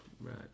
Right